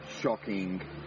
shocking